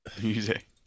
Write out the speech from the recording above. music